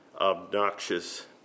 obnoxious